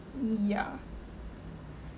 y~ yeah